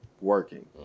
working